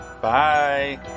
Bye